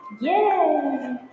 Yay